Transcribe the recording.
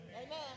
Amen